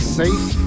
safe